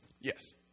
Yes